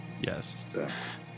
Yes